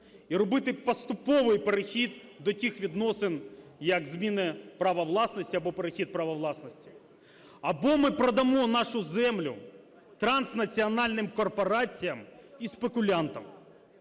і робити поступовий перехід до тих відносин, які зміни права власності або перехід права власності, або ми продамо нашу землю транснаціональним корпораціям і спекулянтам.